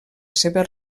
seva